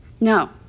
No